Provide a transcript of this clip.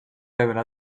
revelar